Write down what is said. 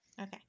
okay